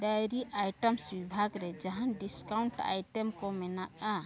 dairy items ᱵᱤᱵᱷᱟᱜᱽᱨᱮ ᱡᱟᱦᱟᱱ discount item ᱠᱚ ᱢᱮᱱᱟᱜᱼᱟ